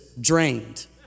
drained